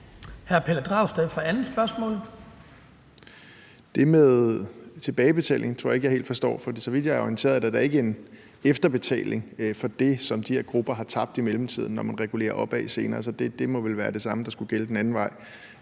Pelle Dragsted (EL): Det med tilbagebetaling tror jeg ikke jeg helt forstår. For så vidt jeg er orienteret, er der da ikke en efterbetaling for det, som de her grupper har tabt i mellemtiden, når man regulerer opad senere, så det må vel være det samme, der skulle gælde den anden vej